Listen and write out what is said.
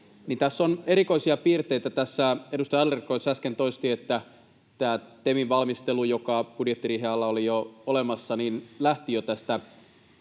Tässä edustaja Adlercreutz äsken toisti, että tämä TEMin valmistelu, joka budjettiriihen alla oli jo olemassa, lähti jo tästä